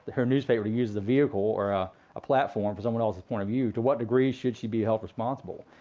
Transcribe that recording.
her newspaper to use the vehicle or ah a platform for someone else's point of view, to what degree should she be held responsible?